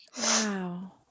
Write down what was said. Wow